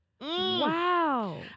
Wow